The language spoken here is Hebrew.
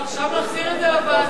לא, עכשיו להחזיר את זה לוועדה.